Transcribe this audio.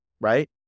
right